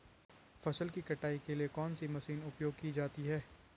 फसल की कटाई के लिए कौन सी मशीन उपयोग की जाती है?